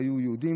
93% היו יהודים,